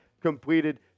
completed